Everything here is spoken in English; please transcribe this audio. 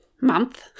month